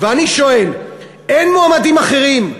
ואני שואל: אין מועמדים אחרים?